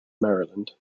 maryland